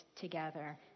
together